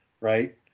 right